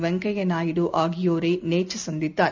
Venkaiah Naidu ஆகியோரைநேற்றுசந்தித்தார்